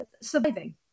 surviving